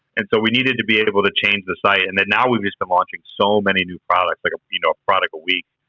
and so we needed to be able to change the site, and then now we've just been launching so many new products. like, ah you know, a product a week.